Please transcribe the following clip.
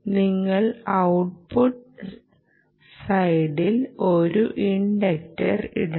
നിങ്ങൾ ഔട്ട്പുട്ട് സൈഡിൽ ഒരു ഇൻഡക്റ്റർ ഇടണം